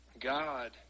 God